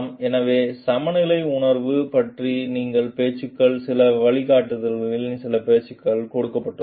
எனவே சமநிலை உணர்வு பற்றிய இந்த பேச்சுக்கள் சில வழிகாட்டுதல்களின் இந்த பேச்சுக்களும் கொடுக்கப்பட்டுள்ளன